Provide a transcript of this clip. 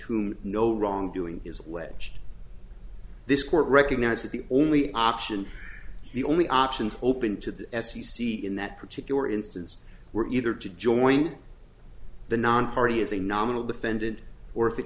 whom no wrongdoing is waged this court recognize that the only option the only options open to the f c c in that particular instance were either to join the nonparty as a nominal defendant or if they